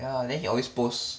yeah then he always post